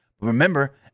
Remember